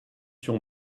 sur